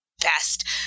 best